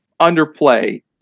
underplay